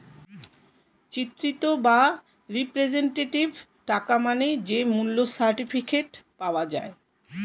চিত্রিত বা রিপ্রেজেন্টেটিভ টাকা মানে যে মূল্য সার্টিফিকেট পাওয়া যায়